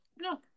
no